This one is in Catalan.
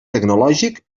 tecnològic